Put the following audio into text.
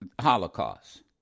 Holocaust